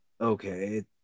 okay